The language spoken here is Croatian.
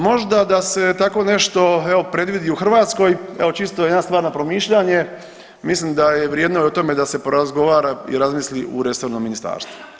Možda da se tako nešto evo predvidi u Hrvatskoj, evo čisto jedna stvar na promišljanje mislim da je vrijedno i o tome da se porazgovara i razmisli u resornom ministarstvu.